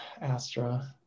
Astra